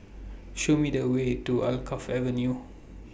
Show Me The Way to Alkaff Avenue